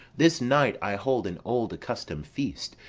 this night i hold an old accustom'd feast,